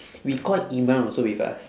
we call imran also with us